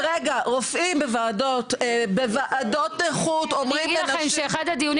רופאים בוועדות נכות אומרים לנשים --- אני אגיד לכם שאחד הדיונים